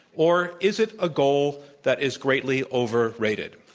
or is it a goal that is greatly overrated?